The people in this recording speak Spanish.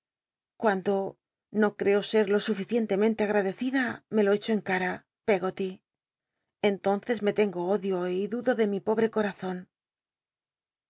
cuando no creo ser lo suficientemente agradecida me lo echo en cara peggot entonces me tengo odio y dudo de mi pobre co